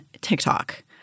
TikTok